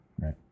right